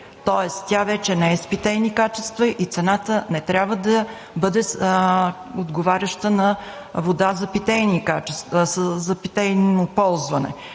тоест тя вече не е с питейни качества и цената не трябва да бъде отговаряща на вода за питейно ползване.